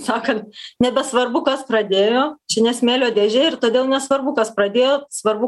sakan nebesvarbu kas pradėjo čia ne smėlio dėžė ir todėl nesvarbu kas pradėjo svarbu